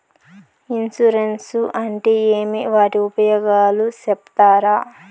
Insurance అంటే ఏమి? వాటి ఉపయోగాలు సెప్తారా?